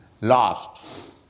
lost